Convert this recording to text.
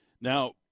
Now